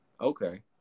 okay